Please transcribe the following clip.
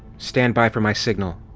stand by for my signal!